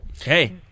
Hey